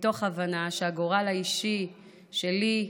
מתוך הבנה שהגורל האישי שלי,